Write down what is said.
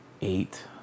eight